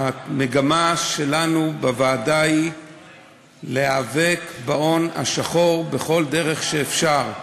המגמה שלנו בוועדה היא להיאבק בהון השחור בכל דרך שאפשר,